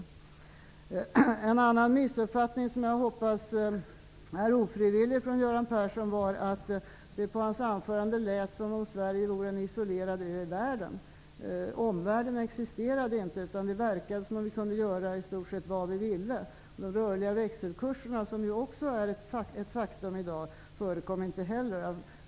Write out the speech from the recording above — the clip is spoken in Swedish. Det lät på Göran Perssons anförande som om han tror att Sverige är en isolerad ö i världen. Omvärlden existerar inte. Det verkade som om vi kan göra i stort sett vad vi vill. Jag hoppas att det är en ofrivillig missuppfattning från Göran Persson. De rörliga växelkurserna, som också är ett faktum i dag, förekom inte heller i hans anförande.